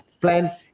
plan